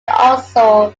also